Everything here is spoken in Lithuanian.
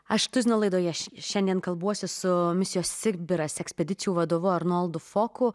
aš tuzino laidoje š šiandien kalbuosi su misijos sikbiras ekspedicijų vadovu arnoldu foku